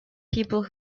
people